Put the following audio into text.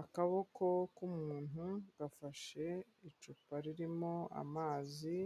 Akaboko k'umuntu gafashe icupa ririmo amazi,